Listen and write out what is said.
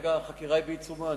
כרגע החקירה היא בעיצומה,